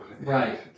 Right